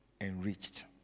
enriched